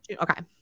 Okay